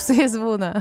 su jais būna